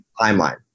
timeline